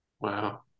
wow